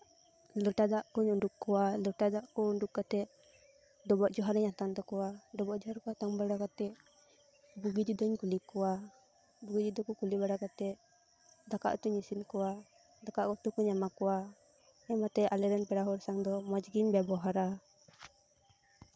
ᱞᱚᱴᱟ ᱫᱟᱜ ᱠᱚᱧ ᱩᱰᱩᱠ ᱟᱠᱚᱣᱟ ᱞᱚᱴᱟ ᱫᱟᱜ ᱠᱚ ᱩᱰᱩᱠ ᱠᱟᱛᱮᱫ ᱰᱚᱵᱚᱜ ᱡᱚᱦᱟᱨ ᱤᱧ ᱟᱛᱟᱝ ᱛᱟᱠᱚᱣᱟ ᱰᱚᱵᱚᱜ ᱡᱚᱦᱟᱨ ᱠᱚ ᱟᱛᱟᱝ ᱵᱟᱲᱟ ᱠᱟᱛᱮᱫ ᱵᱩᱜᱤ ᱡᱩᱫᱟᱹᱧ ᱠᱩᱞᱤ ᱠᱚᱣᱟ ᱵᱩᱜᱤ ᱡᱩᱫᱟᱹ ᱠᱚ ᱠᱩᱞᱤ ᱵᱟᱲᱟ ᱠᱟᱛᱮᱫ ᱫᱟᱠᱟ ᱩᱛᱩᱧ ᱤᱥᱤᱱ ᱟᱠᱚᱣᱟ ᱫᱟᱠᱟ ᱩᱛᱩ ᱠᱚᱧ ᱮᱢᱟ ᱠᱚᱣᱟ ᱮᱢ ᱠᱟᱛᱮᱫ ᱟᱞᱮ ᱨᱮᱱ ᱯᱮᱲᱟ ᱦᱚᱲ ᱥᱟᱝ ᱫᱚ ᱢᱚᱸᱡᱽ ᱜᱤᱧ ᱵᱮᱵᱚᱦᱟᱨᱟ